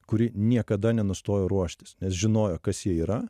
kuri niekada nenustojo ruoštis nes žinojo kas jie yra